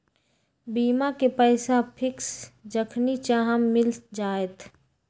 बीमा के पैसा फिक्स जखनि चाहम मिल जाएत?